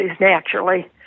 naturally